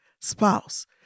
spouse